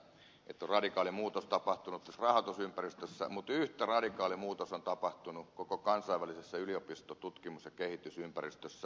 pulliaisen kanssa samaa mieltä että on radikaali muutos tapahtunut rahoitusympäristössä mutta yhtä radikaali muutos on tapahtunut koko kansainvälisessä yliopistotutkimus ja kehitysympäristössä